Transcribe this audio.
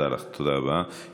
תודה רבה, גברתי.